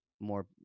more